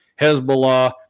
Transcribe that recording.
Hezbollah